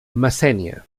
messènia